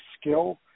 skill